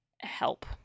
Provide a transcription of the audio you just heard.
help